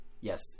Yes